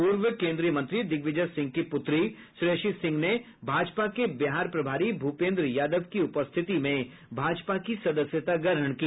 पूर्व केन्द्रीय मंत्री दिग्विजय सिंह की पुत्री श्रेयसी सिंह ने भाजपा के बिहार प्रभारी भूपेन्द्र यादव की उपस्थिति में भाजपा की सदस्यता ग्रहण की